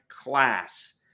class